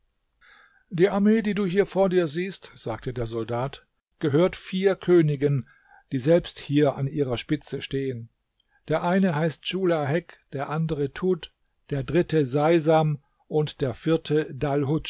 die armee die du hier vor dir siehst sagte der soldat gehört vier königen die selbst hier an ihrer spitze stehen der eine heißt schulahek der andere tud der dritte seisam und der vierte